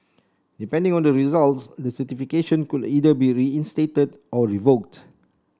depending on the results the certification could either be reinstated or revoked